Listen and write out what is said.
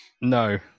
No